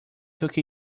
took